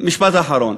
משפט אחרון.